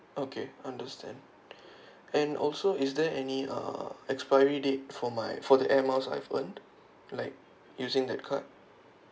okay understand and also is there any uh expiry date for my for the air miles I've earned like using that card